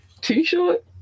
T-shirt